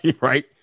right